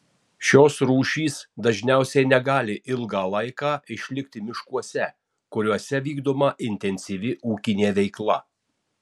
šios rūšys dažniausiai negali ilgą laiką išlikti miškuose kuriuose vykdoma intensyvi ūkinė veikla